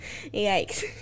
Yikes